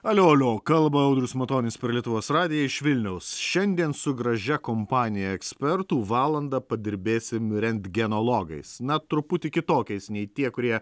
alio alio kalba audrius matonis per lietuvos radiją iš vilniaus šiandien su gražia kompanija ekspertų valandą padirbėsim rentgenologais na truputį kitokiais nei tie kurie